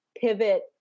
pivot